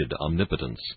omnipotence